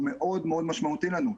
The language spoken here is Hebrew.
הוא מאוד מאוד משמעותי לנו,